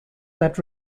that